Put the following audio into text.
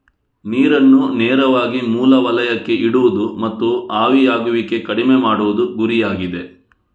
ನೀರನ್ನು ನೇರವಾಗಿ ಮೂಲ ವಲಯಕ್ಕೆ ಇಡುವುದು ಮತ್ತು ಆವಿಯಾಗುವಿಕೆ ಕಡಿಮೆ ಮಾಡುವುದು ಗುರಿಯಾಗಿದೆ